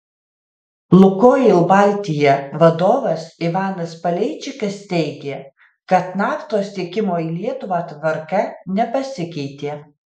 lukoil baltija vadovas ivanas paleičikas teigė kad naftos tiekimo į lietuvą tvarka nepasikeitė